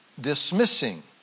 dismissing